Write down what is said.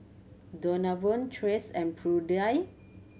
Donavon Tracee and Prudie